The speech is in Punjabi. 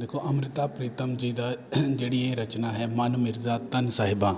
ਦੇਖੋ ਅੰਮ੍ਰਿਤਾ ਪ੍ਰੀਤਮ ਜੀ ਦਾ ਜਿਹੜੀ ਇਹ ਰਚਨਾ ਹੈ ਮਨ ਮਿਰਜ਼ਾ ਤਨ ਸਾਹਿਬਾਂ